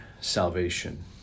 salvation